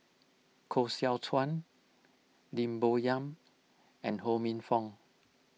Koh Seow Chuan Lim Bo Yam and Ho Minfong